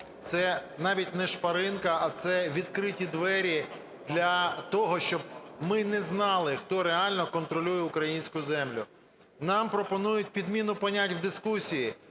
це навіть не шпаринка, а це відкриті двері для того, щоб ми не знали, хто реально контролює українську землю. Нам пропонують підміну понять в дискусії.